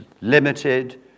limited